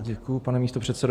Děkuji, pane místopředsedo.